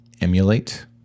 emulate